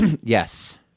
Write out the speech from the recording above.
Yes